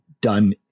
done